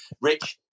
Rich